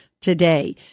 today